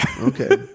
Okay